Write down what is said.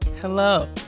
Hello